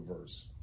verse